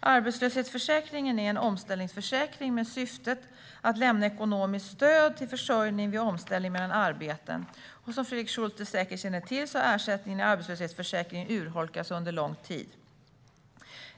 Arbetslöshetsförsäkringen är en omställningsförsäkring med syftet att lämna ekonomiskt stöd till försörjning vid omställning mellan arbeten. Som Fredrik Schulte säkert känner till har ersättningen i arbetslöshetsförsäkringen urholkats under en lång tid.